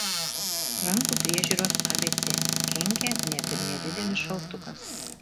rankų priežiūros abc kenkia net ir nedidelis šaltukas